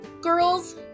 Girls